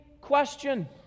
question